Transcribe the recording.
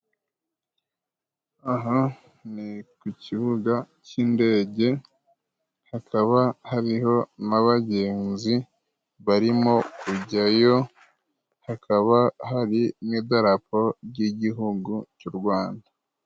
Aha ni ku kibuga k'indege hakaba hariho n'abagenzi barimo kujyayo hakaba hari n'idarapo ry'igihigu cy'u Rwanda.